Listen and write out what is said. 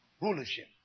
Rulership